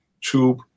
tube